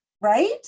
Right